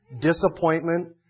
disappointment